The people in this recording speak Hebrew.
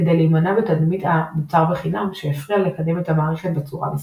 כדי להימנע מתדמית ה"מוצר בחינם" שהפריע לקדם את המערכת בצורה מסחרית.